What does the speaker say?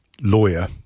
lawyer